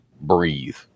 breathe